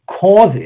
causes